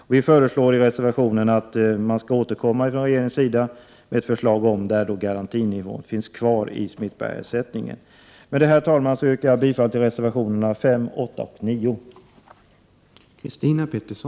Vi föreslår i reservationen att regeringen skall återkomma med ett förslag, där garantinivån finns kvar i smittbärarersättningen. Med detta, herr talman, yrkar jag bifall till reservationerna 5, 8 och 9.